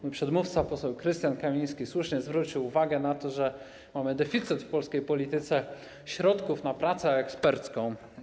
Mój przedmówca, poseł Krystian Kamiński, słusznie zwrócił uwagę na to, że mamy w polskiej polityce deficyt środków na pracę ekspercką.